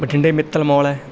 ਬਠਿੰਡੇ ਮਿੱਤਲ ਮੌਲ ਹੈ